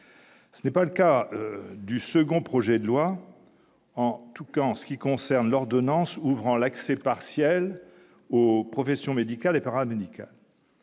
Ce n'est pas le cas du second projet de loi, en tout cas en ce qui concerne l'ordonnance ouvrant l'accès partiel aux professions médicales et paramédicales.